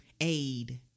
aid